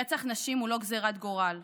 רצח נשים הוא לא גזרת גורל,